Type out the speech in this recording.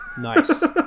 Nice